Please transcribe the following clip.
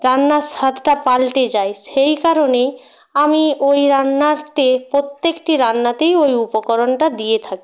রান্নার স্বাদটা পালটে যায় সেই কারণেই আমি ওই রান্নাতে প্রত্যেকটি রান্নাতেই ওই উপকরণটা দিয়ে থাকি